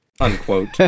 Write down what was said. unquote